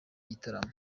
gitaramo